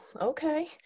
okay